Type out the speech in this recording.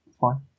fine